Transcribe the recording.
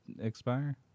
expire